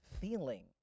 feeling